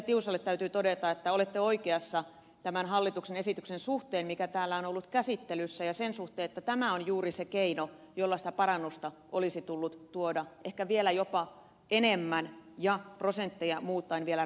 tiusaselle täytyy todeta että olette oikeassa tämän hallituksen esityksen suhteen joka täällä on ollut käsittelyssä ja sen suhteen että tämä on juuri se keino jolla sitä parannusta olisi tullut tuoda ehkä vielä jopa enemmän ja prosentteja muuttaen vielä rohkeammin